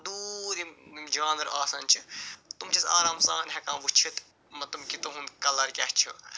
دوٗر یِم یِم جانور آسان چھِ تِم چھِ أسۍ آرام سان ہٮ۪کان وُچھِتھ مطاب کہِ تُہُنٛد کلر کیٛاہ چھُ